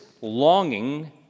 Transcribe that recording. longing